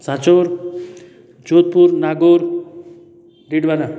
Sanchore Jodhpur Nagaur Gondwana